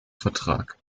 vertrag